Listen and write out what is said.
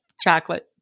chocolate